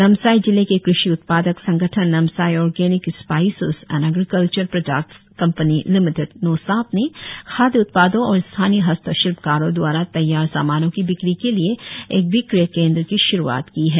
नामसाई जिले के कृषि उत्पादक संगठन Namsai organic spices and agriculture products company limited NOSAP ने खाड्य उत्पादों और स्थानीय हस्तशिल्पकारों द्वारा तैयार सामानों की बिक्री के लिए एक विक्रय केंद्र की श्रुआत की है